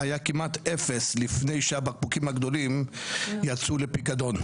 היה כמעט אפס לפני שהבקבוקים הגדולים יצאו לפיקדון,